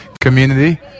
community